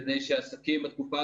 מספרים מבחינת סגירות,